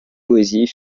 poésies